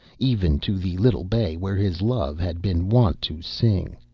even to the little bay where his love had been wont to sing.